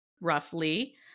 roughly